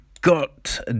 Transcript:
got